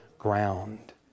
ground